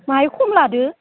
बाहाय खम लादो